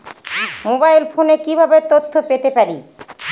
Mobile ফোনে কিভাবে তথ্য পেতে পারি?